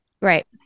Right